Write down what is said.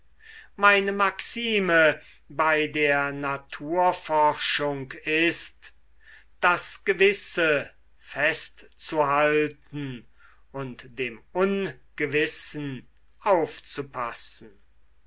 meine maxime bei der naturforschung ist das gewisse festzuhalten und dem ungewissen aufzupassen